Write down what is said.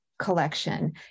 collection